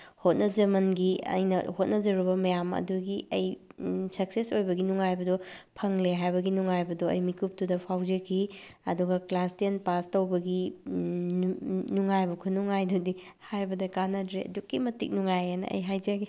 ꯍꯣꯠꯅꯖꯃꯟꯒꯤ ꯑꯩꯅ ꯍꯣꯠꯅꯖꯔꯨꯕ ꯃꯌꯥꯝ ꯑꯗꯨꯒꯤ ꯑꯩ ꯁꯛꯁꯦꯁ ꯑꯣꯏꯕꯒꯤ ꯅꯨꯡꯉꯥꯏꯕꯗꯨ ꯐꯪꯂꯦ ꯍꯥꯏꯕꯒꯤ ꯅꯨꯡꯉꯥꯏꯕꯗꯨ ꯑꯩ ꯃꯤꯀꯨꯞꯇꯨꯗ ꯐꯥꯎꯖꯈꯤ ꯑꯗꯨꯒ ꯀ꯭ꯂꯥꯁ ꯇꯦꯟ ꯄꯥꯁ ꯇꯧꯕꯒꯤ ꯅꯨꯡꯉꯥꯏꯕ ꯈꯨꯅꯨꯡꯉꯥꯏꯗꯨꯗꯤ ꯍꯥꯏꯕꯗ ꯀꯥꯟꯅꯗ꯭ꯔꯦ ꯑꯗꯨꯛꯀꯤ ꯃꯇꯤꯛ ꯅꯨꯡꯉꯥꯏꯌꯦꯅ ꯑꯩ ꯍꯥꯏꯖꯒꯦ